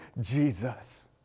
Jesus